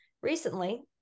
recently